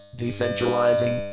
decentralizing